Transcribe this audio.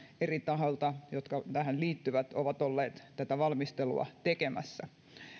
eri tahoilta jotka tähän liittyvät ovat olleet tätä valmistelua tekemässä